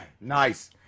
Nice